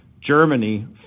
Germany